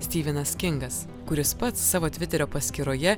styvinas kingas kuris pats savo tviterio paskyroje